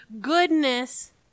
goodness